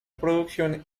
producción